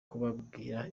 kubabwira